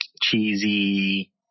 cheesy